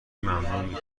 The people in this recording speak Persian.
ممنوع